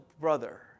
brother